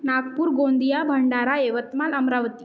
Nagpur Gondia Bhandara Yavatmal Amravati